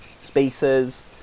spaces